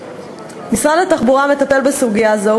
משרד התחבורה מטפל בסוגיה זו,